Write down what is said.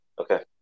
Okay